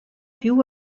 più